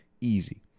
easy